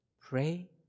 Pray